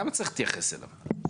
למה צריך להתייחס אליו?